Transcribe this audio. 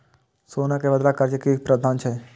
सोना के बदला कर्ज के कि प्रावधान छै?